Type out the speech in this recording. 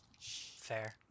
Fair